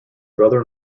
brother